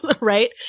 right